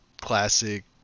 classic